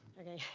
okay.